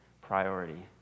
priority